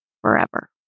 forever